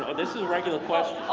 this is a regular question.